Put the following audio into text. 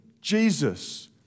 Jesus